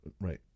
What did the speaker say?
right